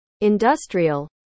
Industrial